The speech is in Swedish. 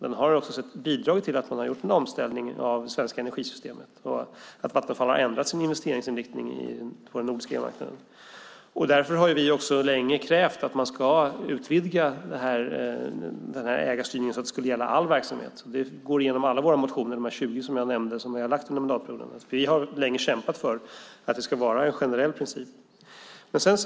Den har även bidragit till att en omställning gjorts av det svenska energisystemet och till att Vattenfall har ändrat sin investeringsinriktning på den nordiska elmarknaden. Vi har länge krävt en utvidgning av ägarstyrningen så att den gäller all verksamhet. Det är ett genomgående krav i alla 20 nämnda motioner som vi väckt under mandatperioden. Vi har länge kämpat för att det ska vara en generell princip.